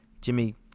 Jimmy